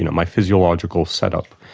you know my physiological set-up.